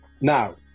Now